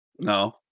No